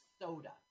soda